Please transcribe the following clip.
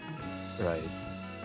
right